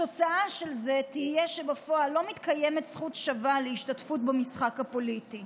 התוצאה של זה תהיה שבפועל לא תתקיים זכות שווה להשתתפות במשחק הפוליטי.